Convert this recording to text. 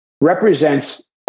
represents